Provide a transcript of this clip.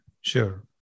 Sure